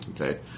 Okay